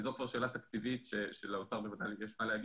וזו כבר שאלה תקציבית שלאוצר בוודאי יש מה לומר